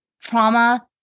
Trauma